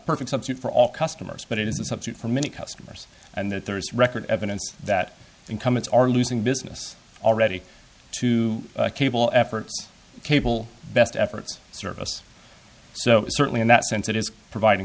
perfect subject for all customers but it is a subject for many customers and that there is record evidence that incumbents are losing business already to cable efforts cable best efforts service so certainly in that sense it is providing